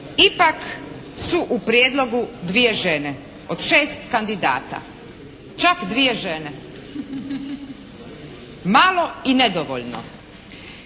ipak su u prijedlogu dvije žene, od 6 kandidata, čak dvije žene. Malo i nedovoljno.